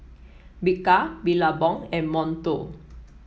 Bika Billabong and Monto